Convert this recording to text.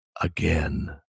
again